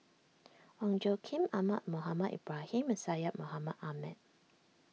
Ong Tjoe Kim Ahmad Mohamed Ibrahim and Syed Mohamed Ahmed